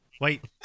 Wait